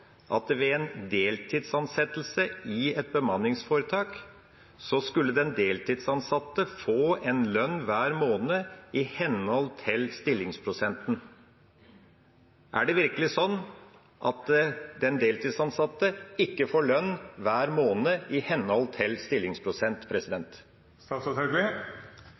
at ved en deltidsansettelse i et bemanningsforetak skulle den deltidsansatte få lønn hver måned i henhold til stillingsprosenten. Er det virkelig sånn at den deltidsansatte ikke får lønn hver måned i henhold til